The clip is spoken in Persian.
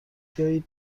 بیایید